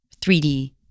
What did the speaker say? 3D